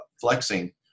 flexing